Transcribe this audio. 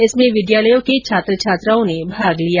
इसमें विद्यालयों के छात्र छात्राओं ने भाग लिया